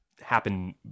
happen